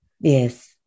yes